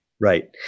Right